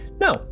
No